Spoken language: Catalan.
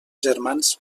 germans